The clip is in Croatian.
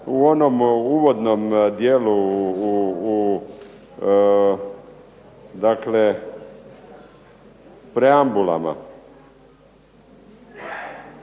u onom uvodnom dijelu dakle, preambulama.